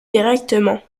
directement